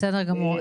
בסדר גמור.